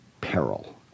peril